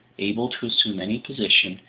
able to assume any position,